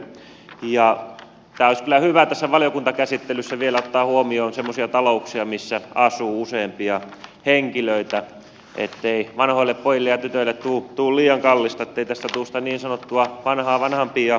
olisi kyllä hyvä valiokuntakäsittelyssä vielä ottaa huomioon semmoisia talouksia missä asuu useampia henkilöitä ettei vanhoillepojille ja tytöille tule liian kallista ettei tästä tule sitä niin sanottua vanhaa vanhanpiian veroa